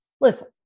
listen